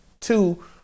Two